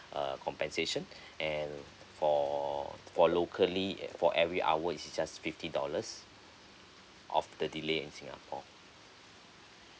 uh compensation and for for locally for every hour it's just fifty dollars of the delay in singapore